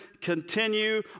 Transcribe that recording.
continue